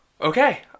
Okay